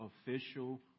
official